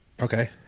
Okay